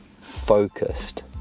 focused